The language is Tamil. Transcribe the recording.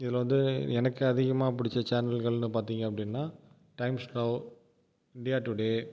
இதுல வந்து எனக்கு அதிகமாக பிடிச்ச சேனல்கள்னு பார்த்திங்க அப்படினா டைம்ஸ் நௌ இந்தியா டுடே